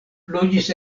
loĝis